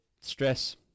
stress